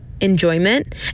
enjoyment